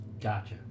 Gotcha